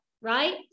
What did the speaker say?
right